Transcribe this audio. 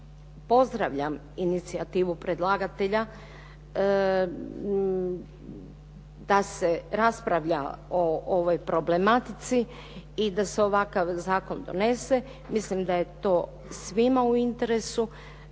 pozdravljam inicijativu predlagatelja da se raspravlja o ovoj problematici i da se ovakav zakon donese. Mislim da je to svima u interesu